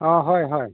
অঁ হয় হয়